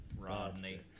Rodney